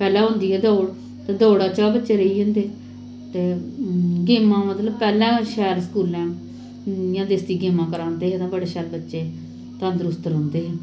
पैह्लैं होंदी गै दौड़ ते दौड़ै चा बच्चे रेही जंदे ते गेमां मतलब पैह्लैं शैल स्कूलैं इ'यां देस्सी गेमां करांदे हे तां बड़े शैल बच्चे तंदरुस्त रौंह्दे हे